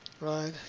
Right